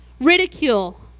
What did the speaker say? ridicule